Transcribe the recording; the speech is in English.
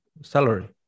salary